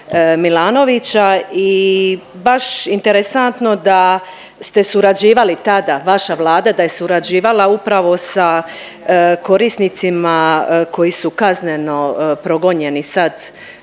Milanovića i baš interesantno da ste surađivali tada, vaša Vlada da je surađivala upravo sa korisnicima koji su kazneno progonjeni. Sad